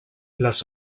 las